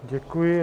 Děkuji.